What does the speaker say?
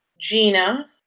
Gina